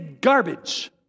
garbage